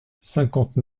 cinquante